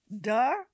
Duh